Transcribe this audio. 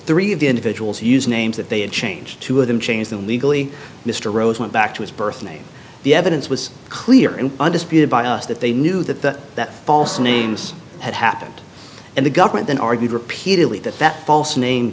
three of the individuals use names that they had changed two of them changed them legally mr rose went back to his birth name the evidence was clear and undisputed by us that they knew that that false names had happened and the government then argued repeatedly